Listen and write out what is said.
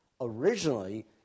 originally